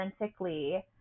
authentically